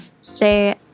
stay